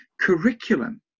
curriculum